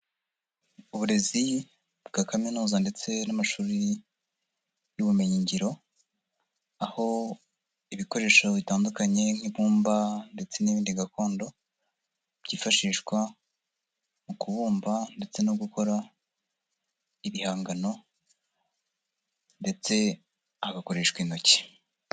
Uburezi bwa kaminuza ndetse n'amashuri y'ubumenyi ngiro aho ibikoresho bitandukanye nk'ibumba ndetse n'ibindi gakondo byifashishwa mu kubumba ndetse no gukora ibihangano ndetse hagakoreshwa intoki.